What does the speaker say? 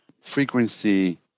frequency